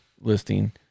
listing